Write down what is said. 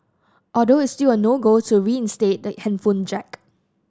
although it's still a no go to reinstate the headphone jack